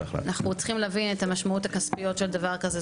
אנחנו צריכים להבין את המשמעויות הכספיות של דבר כזה.